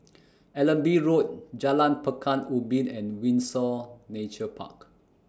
Allenby Road Jalan Pekan Ubin and Windsor Nature Park